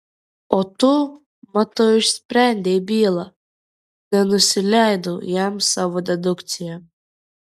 o tu matau išsprendei bylą nenusileidau jam savo dedukcija